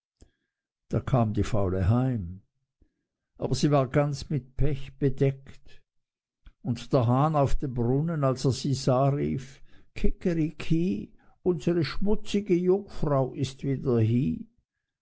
da kam die faule heim aber sie war ganz mit pech bedeckt und der hahn auf dem brunnen als er sie sah rief kikeriki unsere schmutzige jungfrau ist wieder hie